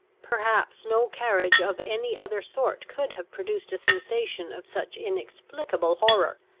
perhaps no carriage of any other sort could have produced a sensation of such inexplicable horror,